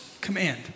command